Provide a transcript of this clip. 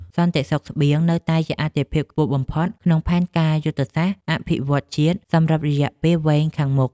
សន្តិសុខស្បៀងនៅតែជាអាទិភាពខ្ពស់បំផុតក្នុងផែនការយុទ្ធសាស្ត្រអភិវឌ្ឍន៍ជាតិសម្រាប់រយៈពេលវែងខាងមុខ។